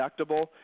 deductible